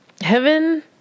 Heaven